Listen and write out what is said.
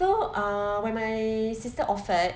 so uh when my sister offered